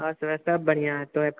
आओर सभ सभ बढिआँ तोरे